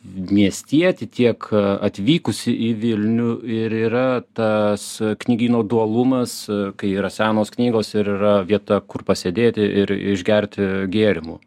miestietį tiek atvykusį į vilnių ir yra tas knygyno dualumas kai yra senos knygos ir yra vieta kur pasėdėti ir išgerti gėrimų